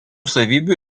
savybių